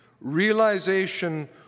realization